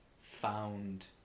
found